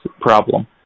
problem